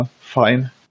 Fine